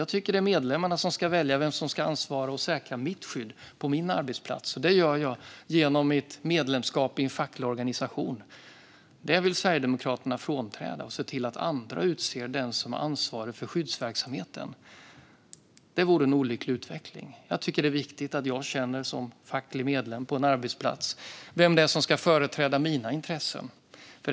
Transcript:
Jag tycker att medlemmarna ska få välja vem som ska säkra mitt skydd på min arbetsplats. Det gör jag genom mitt medlemskap i en facklig organisation. Detta vill Sverigedemokraterna frånträda. De vill se till att andra utser den som är ansvarig för skyddsverksamheten. Det vore en olycklig utveckling. Jag tycker att det är viktigt att jag som facklig medlem på en arbetsplats känner till den som ska företräda mina intressen.